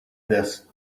this